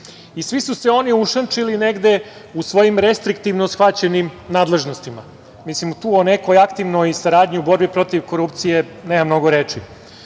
i svi su se oni ušemčili negde u svojim restriktivno shvaćenim nadležnostima. Mislim da tu o nekoj aktivnoj saradnji u borbi protiv korupcije nema reči.